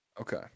Okay